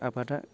आबादा